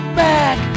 back